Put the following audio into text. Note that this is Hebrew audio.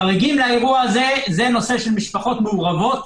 חריגים לאירוע הזה משפחות מעורבות,